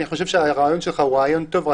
אני חושב שהרעיון שלך הוא רעיון טוב אבל